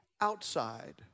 outside